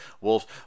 wolves